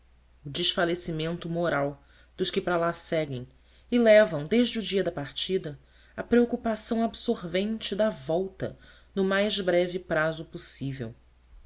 o desfalecimento moral dos que para lá seguem e levam desde o dia da partida a preocupação absorvente da volta no mais breve prazo possível